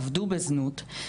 עבדו בזנות,